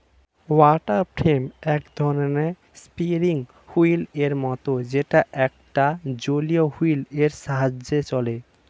water frame এক ধরণের spinning wheel এর মতন যেটা একটা জলীয় হুইল এর সাহায্যে চলে